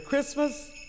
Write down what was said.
Christmas